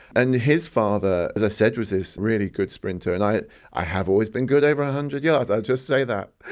and his father, as i said, was this really good sprinter, and i i have always been good over one ah hundred yards, i'll just say that.